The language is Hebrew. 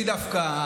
יש לי דווקא,